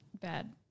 bad